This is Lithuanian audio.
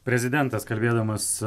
prezidentas kalbėdamas